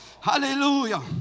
Hallelujah